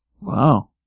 Wow